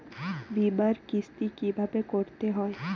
বিমার কিস্তি কিভাবে করতে হয়?